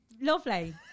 Lovely